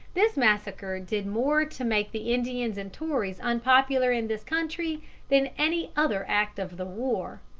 this massacre did more to make the indians and tories unpopular in this country than any other act of the war.